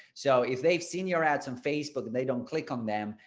so if they've seen your ads on facebook, they don't click on them,